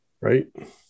Right